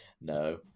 No